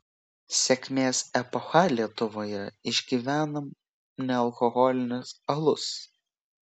sėkmės epochą lietuvoje išgyvena nealkoholinis alus